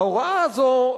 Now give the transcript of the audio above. ההוראה הזאת,